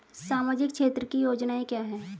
सामाजिक क्षेत्र की योजनाएं क्या हैं?